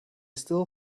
still